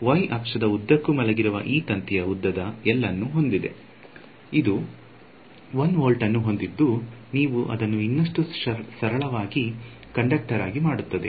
Y ಅಕ್ಷದ ಉದ್ದಕ್ಕೂ ಮಲಗಿರುವ ಈ ತಂತಿಯು ಉದ್ದದ L ಅನ್ನು ಹೊಂದಿದೆ ಇದು 1 ವೋಲ್ಟ್ ಅನ್ನು ಹೊಂದಿದ್ದು ನೀವು ಅದನ್ನು ಇನ್ನಷ್ಟು ಸರಳವಾದ ಕಂಡಕ್ಟರ್ ಆಗಿ ಮಾಡುತ್ತದೆ